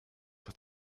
with